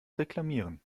reklamieren